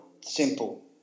simple